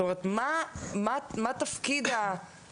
זאת אומרת מה תפקיד ההורה,